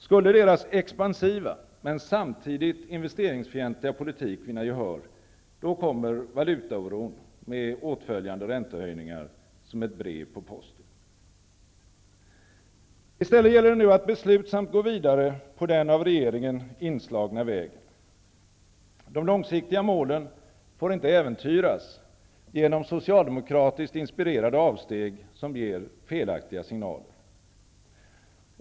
Skulle deras expansiva, men samtidigt investeringsfientliga, politik vinna gehör kommer valutaoron med åtföljande räntehöjningar som ett brev på posten. I stället gäller det nu att beslutsamt gå vidare på den av regeringen inslagna vägen. De långsiktiga målen får inte äventyras genom socialdemokratiskt inspirerade avsteg som ger felaktiga signaler.